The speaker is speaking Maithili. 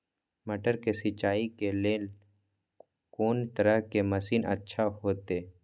मटर के सिंचाई के लेल कोन तरह के मशीन अच्छा होते?